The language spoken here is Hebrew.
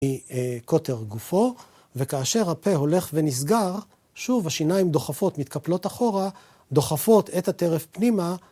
קוטר גופו, וכאשר הפה הולך ונסגר, שוב השיניים דוחפות, מתקפלות אחורה, דוחפות את הטרף פנימה.